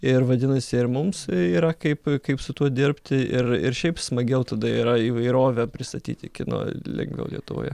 ir vadinasi ir mums yra kaip kaip su tuo dirbti ir ir šiaip smagiau tada yra įvairovę pristatyti kino lengviau lietuvoje